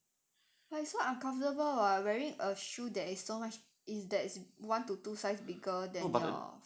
but it's so uncomfortable [what] wearing a shoe that is so much is that is one to two size bigger than your feet